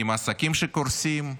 עם העסקים שקורסים?